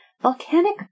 Volcanic